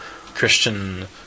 Christian